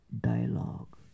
dialogue